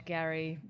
Gary